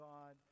God